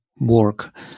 work